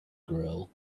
grill